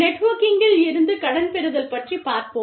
நெட்வொர்க்கிங்கில் இருந்து கடன் பெறுதல் பற்றிப் பார்ப்போம்